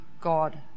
God